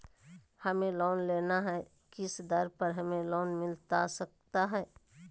हमें लोन लेना है किस दर पर हमें लोन मिलता सकता है?